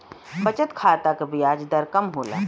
बचत खाता क ब्याज दर कम होला